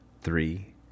three